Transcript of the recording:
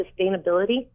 sustainability